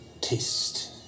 taste